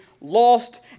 lost